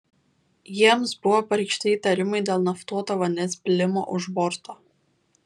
jiems buvo pareikšti įtarimai dėl naftuoto vandens pylimo už borto